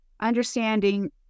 understanding